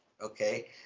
okay